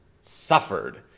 suffered